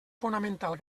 fonamental